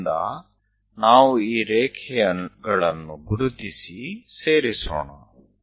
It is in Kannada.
ಇಲ್ಲಿಂದ ನಾವು ಈ ರೇಖೆಗಳನ್ನು ಗುರುತಿಸಿ ಸೇರಿಸೋಣ